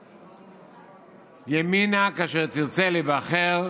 ימינה, כאשר תרצה להיבחר,